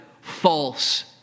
false